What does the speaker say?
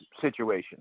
situation